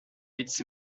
its